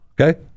Okay